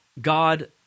God